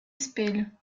espelho